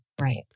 Right